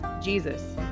Jesus